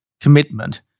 commitment